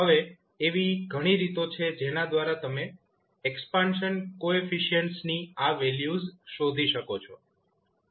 હવે એવી ઘણી રીતો છે જેના દ્વારા તમે એક્સપાન્શન કોએફિશિન્ટ્સની આ વેલ્યુઝ શોધી શકો છો